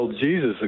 Jesus